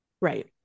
Right